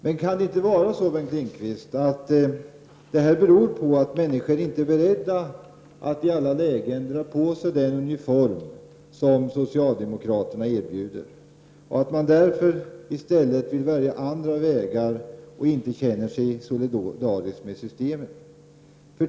Men kan inte detta, Bengt Lindqvist, bero på att människor inte är beredda att i alla lägen dra på sig den uniform som socialdemokraterna erbjuder och att de därför i stället väljer andra vägar, eftersom de inte känner sig solidariska med systemet?